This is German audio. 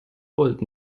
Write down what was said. volt